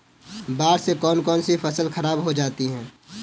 बाढ़ से कौन कौन सी फसल खराब हो जाती है?